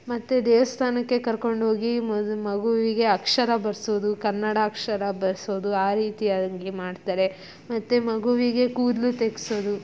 ಮತ್ತು ದೇವಸ್ಥಾನಕ್ಕೆ ಕರ್ಕೊಂಡು ಹೋಗಿ ಮಗುವಿಗೆ ಅಕ್ಷರ ಬರೆಸೋದು ಕನ್ನಡ ಅಕ್ಷರ ಬರೆಸೋದು ಆ ರೀತಿಯಾಗಿ ಮಾಡ್ತಾರೆ ಮತ್ತು ಮಗುವಿಗೆ ಕೂದಲು ತೆಗೆಸೋದು